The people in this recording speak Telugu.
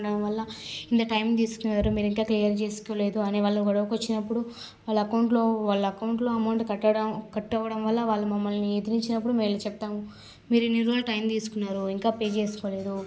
ఇంత టైమ్ తీసుకుని మీరెవ్వరు క్లియర్ చేసుకోలేదు అని వాళ్లు గొడవకి వచ్చినప్పుడు వాళ్ళ అకౌంటులో వాళ్ళ అకౌంటులో అమౌంటు కట్ అవ్వడం కట్ అవ్వడం వల్ల వాళ్ళు మమ్మల్ని ఎదురించినప్పుడు మేము ఎళ్ళి చెప్తాము మీరు ఇన్నిరోజులు టైమ్ తీసుకున్నారు ఇంకా పే చేసుకోలేదు